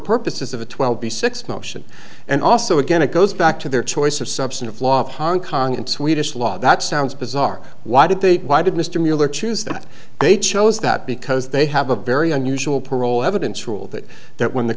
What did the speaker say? purposes of a twelve b six motion and also again it goes back to their choice of substantive law of hong kong and swedish law that sounds bizarre why did they why did mr mueller choose that they chose that because they have a very unusual parole evidence rule that that when the